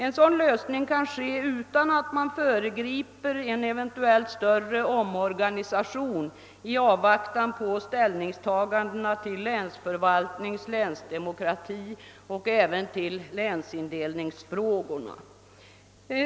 En sådan lösning kan ske utan att man föregriper en eventuellt större omorganisation i avvaktan på ställningstagandena till länsförvaltnings-, länsdemokratioch även till länsindelningsfrågorna.